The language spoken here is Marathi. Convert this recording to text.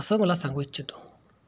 असं मला सांगू इच्छितो